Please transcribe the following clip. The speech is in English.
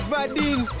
Vadim